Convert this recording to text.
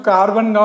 Carbon